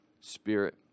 spirit